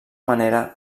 manera